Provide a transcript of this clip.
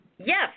yes